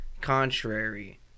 contrary